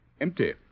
empty